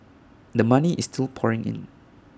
the money is still pouring in